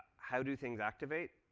how do things activate?